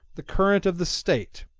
the current of the state,